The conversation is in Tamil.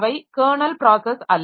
அவை கெர்னல் ப்ராஸஸ் அல்ல